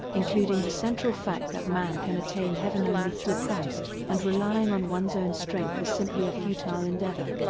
including the central fact that man can attain heaven only through christ, and relying on one's own strength is simply a futile endeavor.